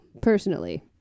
personally